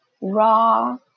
raw